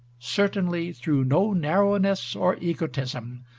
certainly through no narrowness or egotism,